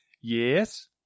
Yes